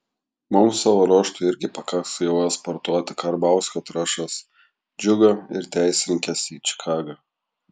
mums savo ruožtu irgi pakaks jau eksportuoti karbauskio trąšas džiugą ir teisininkes į čikagą